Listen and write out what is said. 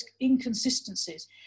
inconsistencies